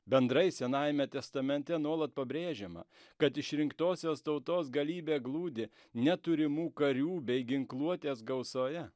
bendrai senajame testamente nuolat pabrėžiama kad išrinktosios tautos galybė glūdi neturimų karių bei ginkluotės gausoje